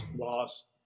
Loss